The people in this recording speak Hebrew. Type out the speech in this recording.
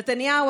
נתניהו,